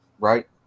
right